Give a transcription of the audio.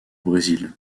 brésil